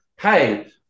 hey